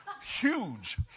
huge